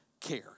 care